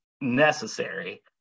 necessary